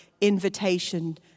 invitation